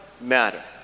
matter